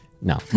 No